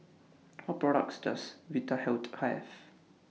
What products Does Vitahealth Have